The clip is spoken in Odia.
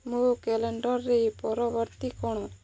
ମୋ କ୍ୟାଲେଣ୍ଡରରେ ପରବର୍ତ୍ତୀ କ'ଣ